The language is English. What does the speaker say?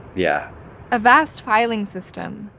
yeah a vast filing system,